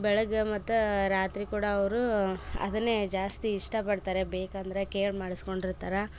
ಬೆಳಗ್ಗೆ ಮತ್ತು ರಾತ್ರಿ ಕೂಡ ಅವರು ಅದನ್ನೆ ಜಾಸ್ತಿ ಇಷ್ಟ ಪಡ್ತಾರೆ ಬೇಕಂದರೆ ಕೇಳಿ ಮಾಡಿಸ್ಕೊಂಡಿರ್ತಾರ